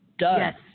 Yes